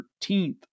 13th